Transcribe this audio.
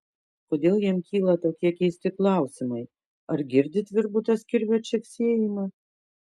kodėl jam kyla tokie keisti klausimai ar girdi tvirbutas kirvio čeksėjimą